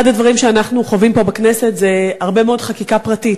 אחד הדברים שאנחנו חווים פה בכנסת זה הרבה מאוד חקיקה פרטית.